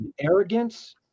arrogance